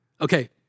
Okay